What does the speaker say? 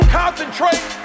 concentrate